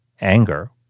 anger